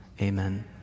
amen